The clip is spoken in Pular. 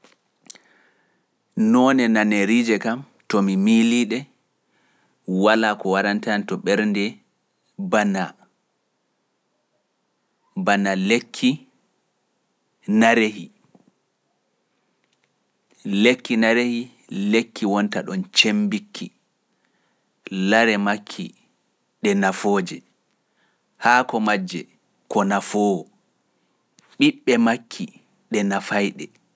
Noone naneriije kam to mi miilii ɗe, walaa ko warantaani to ɓernde bana lekki narehi, lekki narehi lekki wonta ɗon cemmbikki, lare makki ɗe nafooje, haako majje ko nafoowo, ɓiɓɓe makki ɗe nafayɗe.